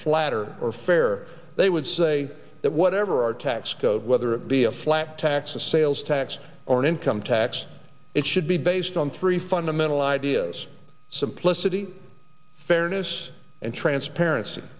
flatter or fair they would say that whatever our tax code whether it be a flat tax a sales tax or an income tax it should be based on three fundamental ideas simplicity fairness and transparency